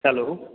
hello